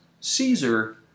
Caesar